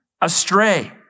astray